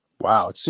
Wow